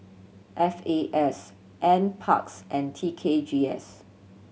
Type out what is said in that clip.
F A S N Parks and T K G S